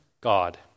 God